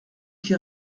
qui